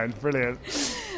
Brilliant